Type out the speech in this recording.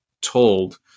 told